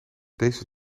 deze